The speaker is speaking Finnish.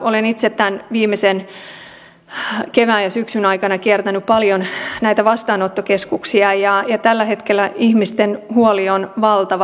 olen itse tämän viimeisen kevään ja syksyn aikana kiertänyt paljon näitä vastaanottokeskuksia ja tällä hetkellä ihmisten huoli on valtava